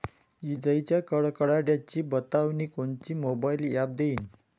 इजाइच्या कडकडाटाची बतावनी कोनचे मोबाईल ॲप देईन?